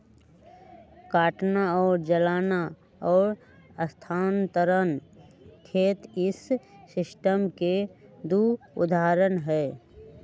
काटना और जलाना और स्थानांतरण खेत इस सिस्टम के दु उदाहरण हई